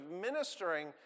ministering